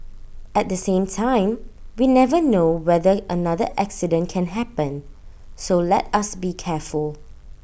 at the same time we never know whether another accident can happen so let us be careful